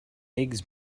eggs